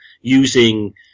using